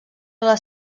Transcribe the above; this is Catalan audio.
les